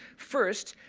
first,